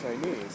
Chinese